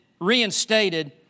reinstated